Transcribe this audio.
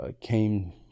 came